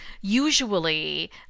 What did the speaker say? usually